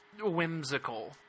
whimsical